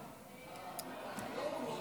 וואי,